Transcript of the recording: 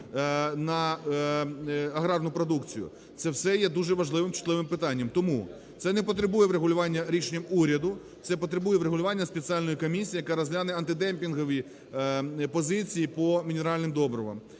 на аграрну продукцію. Це все є дуже важливим, чутливим питанням. Тому це не потребує врегулювання рішенням уряду, це потребує врегулювання спеціальної комісії, яка розгляне антидемпінгові позиції по мінеральним добривам